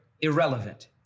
irrelevant